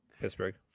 Pittsburgh